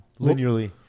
linearly